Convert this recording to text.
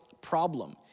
problem